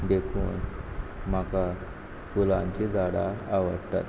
देखून म्हाका फुलांची झाडां आवडटात